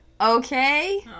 Okay